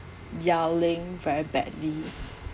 yelling very badly